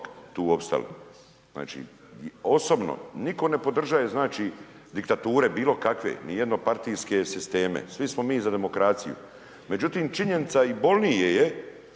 opstali. Znači i osobno nitko ne podržaje znači diktature ni jednopartijske sisteme svi smo mi za demokraciju, međutim činjenica i bolnije je